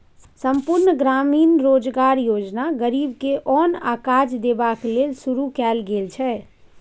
संपुर्ण ग्रामीण रोजगार योजना गरीब के ओन आ काज देबाक लेल शुरू कएल गेल छै